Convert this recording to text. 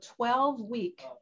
12-week